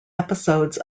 episodes